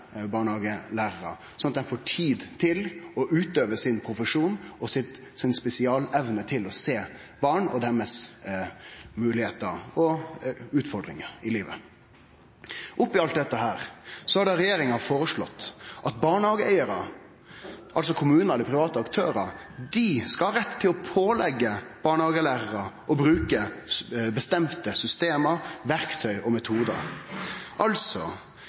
barnehagelærarar, sånn at dei får tid til å utøve sin profesjon og si spesialevne til å sjå barn og deira moglegheiter og utfordringar i livet. Oppi alt dette har regjeringa føreslått at barnehageeigarar, altså kommunar eller private aktørar, skal ha rett til å påleggje barnehagelærarar å bruke bestemte system, verktøy og metodar.